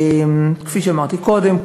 כפי שאמרתי קודם,